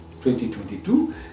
2022